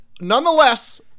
nonetheless